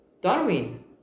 darwin